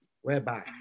Whereby